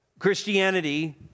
Christianity